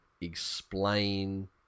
explain